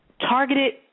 targeted